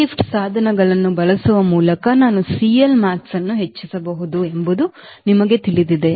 high lift ಸಾಧನಗಳನ್ನು ಬಳಸುವ ಮೂಲಕ ನಾವು ಸಿಎಲ್ಮ್ಯಾಕ್ಸ್ ಅನ್ನು ಹೆಚ್ಚಿಸಬಹುದು ಎಂಬುದು ನಿಮಗೆ ತಿಳಿದಿದೆ